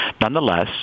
Nonetheless